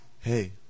Hey